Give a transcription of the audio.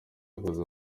yakoze